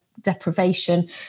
deprivation